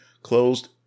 Closed